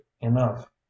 enough